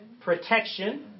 Protection